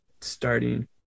starting